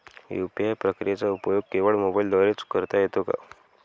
UPI प्रक्रियेचा उपयोग केवळ मोबाईलद्वारे च करता येतो का?